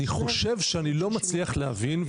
אני חושב שאני לא מצליח להבין,